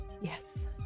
Yes